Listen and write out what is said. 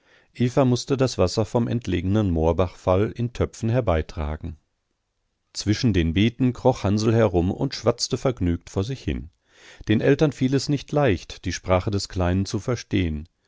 mußte das wasser vom entlegenen moorbachfall in töpfen herbeitragen zwischen den beeten kroch hansl herum und schwatzte vergnügt vor sich hin den eltern fiel es nicht leicht die sprache des kleinen zu verstehen